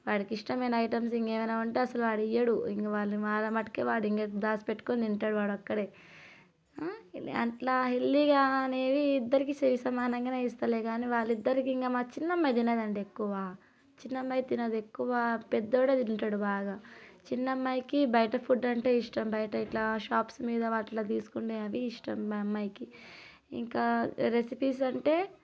వాడికి ఇష్టమైన ఐటమ్స్ ఇంకేమైనా ఉంటే అసలు వాడు ఇవ్వడు ఇంకా వాడు మాటకే దాచిపెట్టుకొని తింటాడు వాడు ఒక్కడే అట్లా ఇల్లిగా అనేది ఇద్దరికీ సరి సమానంగానే ఇస్తాలే కానీ వాళ్ళిద్దరికీ ఇంకా మా చిన్నమ్మాయి తినదు అండి ఎక్కువగా చిన్నమ్మాయి తినదు ఎక్కువ పెద్దోడే తింటాడు బాగా చిన్నమ్మాయికి బయట ఫుడ్ అంటే ఇష్టం బయట ఇట్లా షాప్స్ మీద అట్లా తీసుకునే అవి ఇష్టం మా అమ్మాయికి ఇంకా రెసిపీస్ అంటే